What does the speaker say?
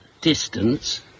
distance